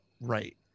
right